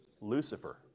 Lucifer